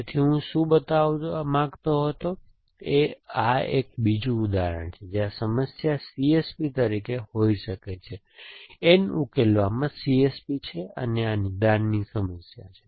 તેથી હું શું બતાવવા માંગતો હતો અહીં એ આ એક બીજું ઉદાહરણ છે જ્યાં સમસ્યા CSP તરીકે હોઈ શકે છે N ઉકેલવામાં CSP છે અને આ નિદાનની સમસ્યા છે